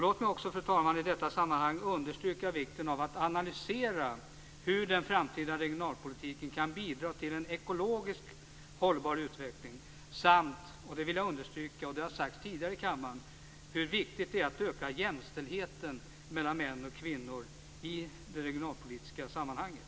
Låt mig också, fru talman, i detta sammanhang understryka vikten av att analysera hur den framtida regionalpolitiken kan bidra till en ekologiskt hållbar utveckling samt - och det vill jag understryka och det har också sagts tidigare i kammaren - hur viktigt det är att öka jämställdheten mellan män och kvinnor i det regionalpolitiska sammanhanget.